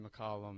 McCollum